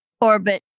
orbit